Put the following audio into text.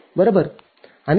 तरविद्युतधारा IB ही २